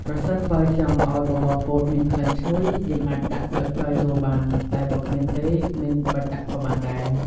ប្រសិនបើចង់ឱ្យបបរពោតមានក្លិនឈ្ងុយ យើងអាចដាក់ស្លឹកតើយចូលបាន តែបើគ្មានទេមិនបាច់ដាក់ក៏បានដែរ។